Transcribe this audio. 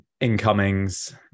incomings